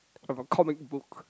I've a comic book